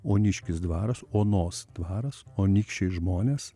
oniškis dvaras onos dvaras o anykščiai žmonės